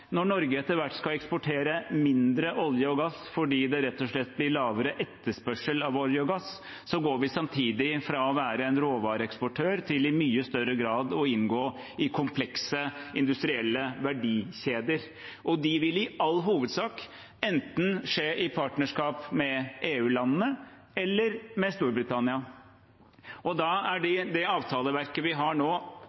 Når Norge etter hvert skal eksportere mindre olje og gass rett og slett fordi det blir lavere etterspørsel etter olje og gass, går vi samtidig fra å være en råvareeksportør til i mye større grad å inngå i komplekse industrielle verdikjeder. De vil i all hovedsak skje enten i partnerskap med EU-landene eller i partnerskap med Storbritannia. Da er